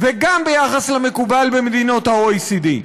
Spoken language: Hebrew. וגם ביחס למקובל במדינות ה-OECD.